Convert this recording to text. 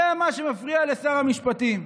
זה מה שמפריע לשר המשפטים.